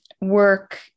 work